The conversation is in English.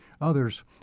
others